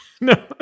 No